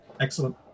Excellent